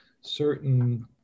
certain